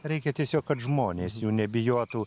reikia tiesiog kad žmonės jų nebijotų